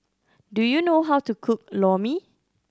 do you know how to cook Lor Mee